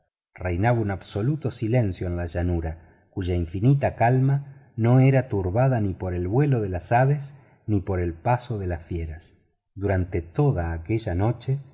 reinaba un absoluto silencio en la llanura cuya infinita calma no era turbada ni por el vuelo de las aves ni por el paso de las fieras durante toda aquella noche